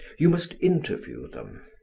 you must interview them.